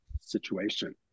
situation